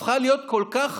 הפכה להיות כל כך